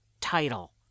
Title